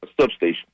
substation